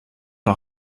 for